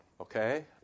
okay